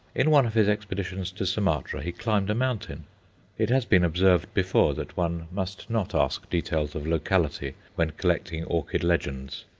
in one of his expeditions to sumatra he climbed a mountain it has been observed before that one must not ask details of locality when collecting orchid legends.